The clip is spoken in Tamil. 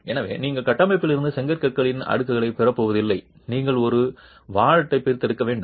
எனவே நீங்கள் கட்டமைப்பிலிருந்து செங்கற்களின் அடுக்கைப் பெறப்போவதில்லை நீங்கள் ஒரு வாலெட்டைப் பிரித்தெடுக்க வேண்டும்